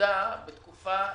נולדה בתקופה